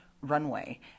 Runway